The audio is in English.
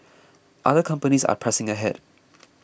other companies are pressing ahead